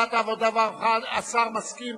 השר מסכים?